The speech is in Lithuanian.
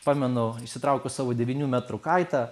pamenu išsitraukiau savo devynių metrų kaitą